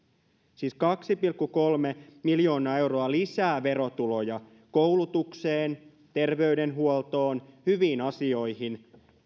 siis veroja keventämällä kaksi pilkku kolme miljoonaa euroa lisää verotuloja koulutukseen terveydenhuoltoon hyviin asioihin